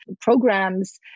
programs